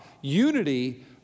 Unity